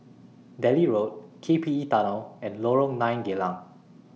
Delhi Road K P E Tunnel and Lorong nine Geylang